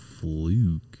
Fluke